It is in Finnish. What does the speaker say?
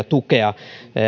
tukea